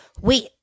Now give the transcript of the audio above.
Wait